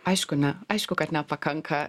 aišku ne aišku kad nepakanka